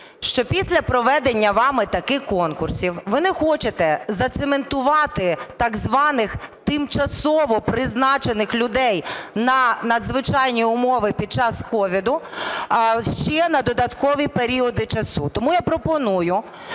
що після проведення вами таких конкурсів ви не хочете зацементувати так званих тимчасово призначених людей на надзвичайні умови під час COVID ще на додаткові періоди часу. Тому я пропоную,